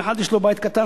אם לאחד יש בית קטן,